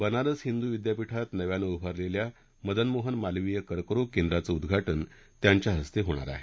बनारस हिंदु विद्यापिठात नव्यानं उभारलेल्या मदन मोहन मालवीय कर्करोग केंद्राचं उद्घाजे त्यांच्या हस्ते होणार आहे